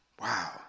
Wow